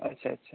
ଆଚ୍ଛା ଆଚ୍ଛା